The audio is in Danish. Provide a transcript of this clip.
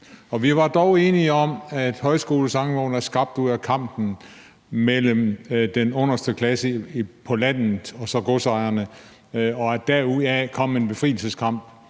Vi var dog enige om, at Højskolesangbogen er skabt ud af kampen mellem den underste klasse på landet og godsejerne, og at derudaf kom en politisk kamp,